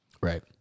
right